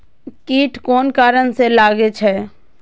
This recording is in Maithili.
कीट कोन कारण से लागे छै?